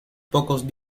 pocos